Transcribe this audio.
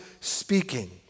speaking